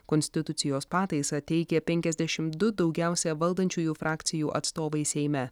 konstitucijos pataisą teikė penkiasdešim du daugiausiai valdančiųjų frakcijų atstovai seime